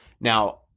Now